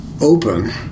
open